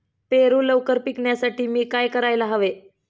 पेरू लवकर पिकवण्यासाठी मी काय करायला हवे?